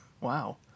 wow